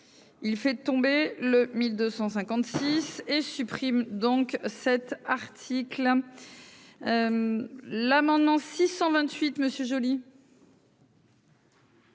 il fait tomber le 1256 et supprime donc cet article à l'amendement 628 monsieur